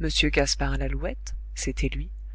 m gaspard lalouette c'était